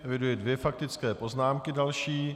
Eviduji dvě faktické poznámky další.